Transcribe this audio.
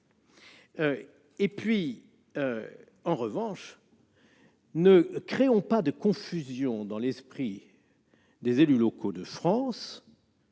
certains ! En revanche, ne créons pas de confusion dans l'esprit des élus locaux de France,